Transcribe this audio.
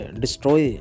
destroy